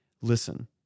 Listen